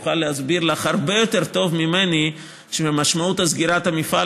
יוכל להסביר לך הרבה יותר טוב ממני שמשמעות סגירת המפעל